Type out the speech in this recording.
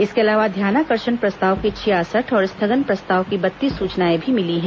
इसके अलावा ध्यानाकर्षण प्रस्ताव की छियासठ और स्थगन प्रस्ताव की बत्तीस सूचनाएं भी मिली हैं